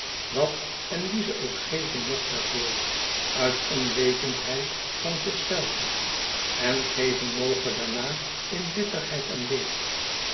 wat en wie ze ook geven mocht daarvoor uit onwetendheid van zichzelve en geven moge daarna in bitterheid en leed